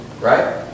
Right